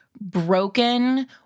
broken